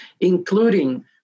including